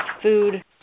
food